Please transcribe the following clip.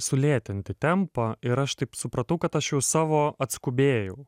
sulėtinti tempą ir aš taip supratau kad aš jau savo atskubėjau